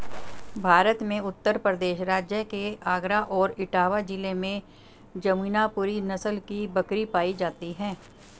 भारत में उत्तर प्रदेश राज्य के आगरा और इटावा जिले में जमुनापुरी नस्ल की बकरी पाई जाती है